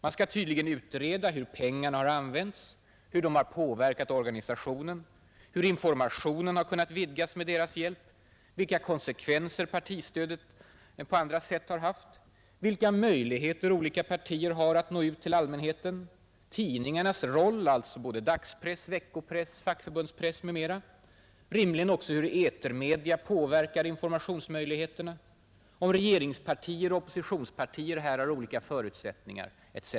Man skall tydligen utreda hur pengarna använts, hur det påverkat organisationen, hur informationen har kunnat vidgas med deras hjälp, vilka konsekvenser partistödet annars haft, vilka möjligheter olika partier har att nå ut till allmänheten, tidningarnas roll — alltså både dagspress, veckopress, fackförbundspress m.m. — rimligen också hur etermedia påverkar informationsmöjligheterna, om regeringspartier och oppositionspartier här har olika förutsättningar, etc.